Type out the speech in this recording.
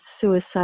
suicide